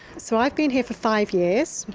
so i've been here for five years.